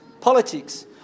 politics